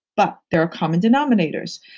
but, there are common denominators.